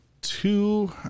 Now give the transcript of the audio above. two